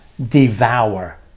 devour